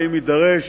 ואם נידרש,